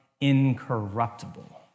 incorruptible